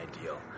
ideal